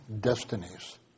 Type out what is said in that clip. Destinies